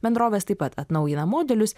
bendrovės taip pat atnaujina modelius